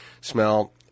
smell